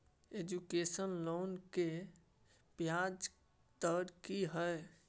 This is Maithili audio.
एजुकेशन लोन के ब्याज दर की हय?